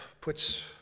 puts